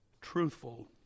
truthful